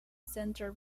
central